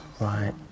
Right